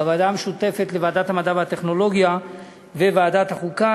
בוועדה המשותפת לוועדת המדע והטכנולוגיה ולוועדת החוקה,